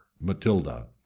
MATILDA